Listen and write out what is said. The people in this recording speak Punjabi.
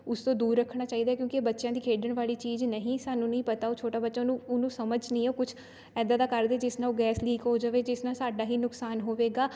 ਉਸ ਤੋਂ ਦੂਰ ਰੱਖਣਾ ਚਾਹੀਦਾ ਕਿਉਂਕਿ ਇਹ ਬੱਚਿਆਂ ਦੀ ਖੇਡਣ ਵਾਲੀ ਚੀਜ਼ ਨਹੀਂ ਸਾਨੂੰ ਨਹੀਂ ਪਤਾ ਉਹ ਛੋਟਾ ਬੱਚਾ ਉਹਨੂੰ ਉਹਨੂੰ ਸਮਝ ਨਹੀਂ ਹੈ ਕੁਝ ਇੱਦਾਂ ਦਾ ਕਰਦੇ ਜਿਸ ਨਾਲ ਗੈਸ ਲੀਕ ਹੋ ਜਾਵੇ ਜਿਸ ਨਾਲ ਸਾਡਾ ਹੀ ਨੁਕਸਾਨ ਹੋਵੇਗਾ